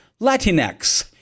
Latinx